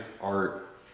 Art